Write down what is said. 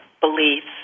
beliefs